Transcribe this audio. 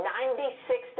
Ninety-six